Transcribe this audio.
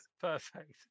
Perfect